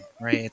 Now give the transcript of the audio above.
right